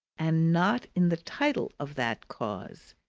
and not in the title of that cause,